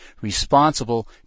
responsible